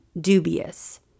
dubious